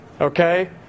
okay